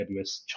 AWS